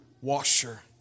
washer